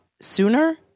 sooner